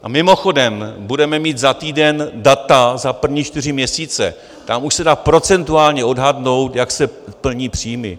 A mimochodem, budeme mít za týden data za první čtyři měsíce, tam už se dá procentuálně odhadnout, jak se plní příjmy.